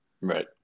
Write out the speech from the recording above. Right